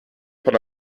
von